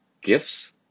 gifts